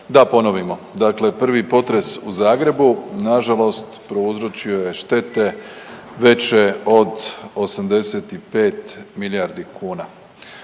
da ponovimo dakle prvi potres u Zagrebu nažalost prouzročio je štete veće od 85 milijardi kuna.